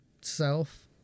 self